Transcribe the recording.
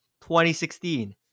2016